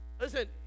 Listen